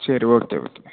சரி okay okay